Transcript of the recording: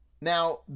Now